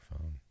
phone